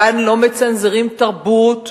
כאן לא מצנזרים תרבות,